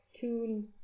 two